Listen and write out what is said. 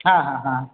হ্যাঁ হ্যাঁ হ্যাঁ